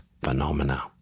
phenomena